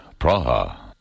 Praha